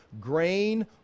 grain